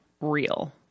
real